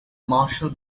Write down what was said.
marshall